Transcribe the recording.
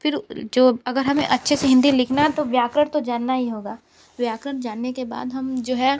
फिर जो अगर हमें अच्छे से हिंदी लिखना है तो व्याकरण तो जानना ही होगा व्याकरण जानने के बाद हम जो है